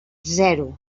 zero